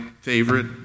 favorite